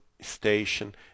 station